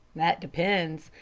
that depends.